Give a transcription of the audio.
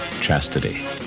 Chastity